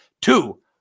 Two